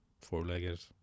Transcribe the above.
four-legged